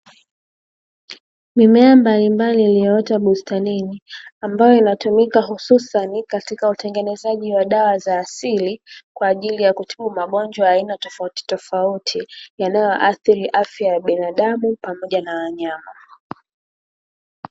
Mimea mbalimbali iliyoota bustanini ambayo inatumika hususani katika utengenezaji wa dawa za asili, kwa ajili ya kutibu magonjwa ya aina tofautitofaut yanayoathiri afya ya binadamu pamoja na wanyama.